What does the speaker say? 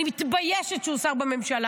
אני מתביישת שהוא שר בממשלה.